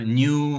new